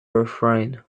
refrain